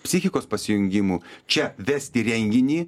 psichikos pasijungimų čia vesti renginį